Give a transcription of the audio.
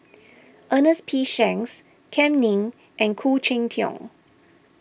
Ernest P Shanks Kam Ning and Khoo Cheng Tiong